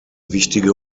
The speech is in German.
wichtige